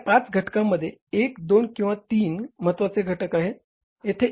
या 5 घकांमध्ये एक दोन किंवा तीन महत्वाचे घटक आहेत